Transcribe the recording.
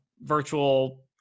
virtual